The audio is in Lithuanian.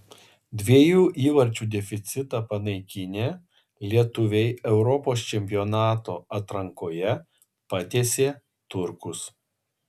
dviejų įvarčių deficitą panaikinę lietuviai europos čempionato atrankoje patiesė turkus